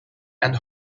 and